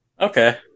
Okay